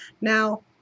Now